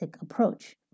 approach